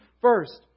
first